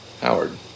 Howard